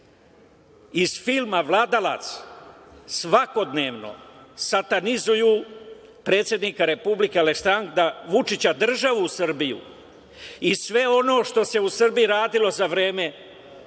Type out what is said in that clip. iz filma "Vladalac", svakodnevno satanizuju predsednika Republike Srbije Aleksandra Vučića, državu Srbiju i sve ono što se u Srbiji radilo za vreme